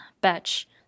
batch